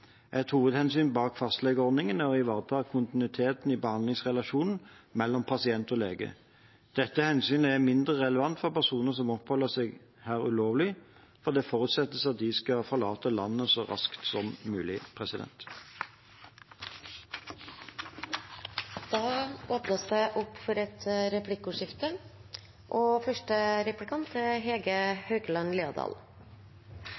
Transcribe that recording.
Et hovedhensyn bak fastlegeordningen er å ivareta kontinuiteten i behandlingsrelasjonen mellom pasient og lege. Dette hensynet er mindre relevant for personer som oppholder seg her ulovlig, for det forutsettes at de skal forlate landet så raskt som mulig.